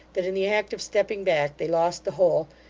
that, in the act of stepping back, they lost the whole,